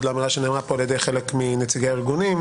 לאמירה שנאמרה פה על ידי חלק מנציגי ארגונים,